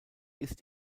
ist